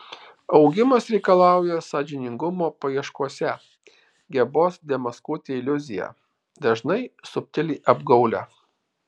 augimas reikalauja sąžiningumo paieškose gebos demaskuoti iliuziją dažnai subtiliai apgaulią